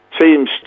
teams